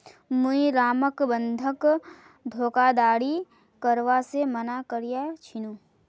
मुई रामक बंधक धोखाधड़ी करवा से माना कर्या छीनु